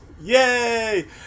Yay